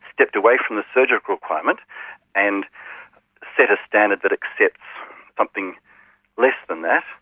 stepped away from the surgical requirement and set a standard that accepts something less than that.